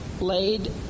laid